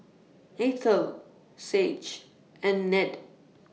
Eithel Sage and Ned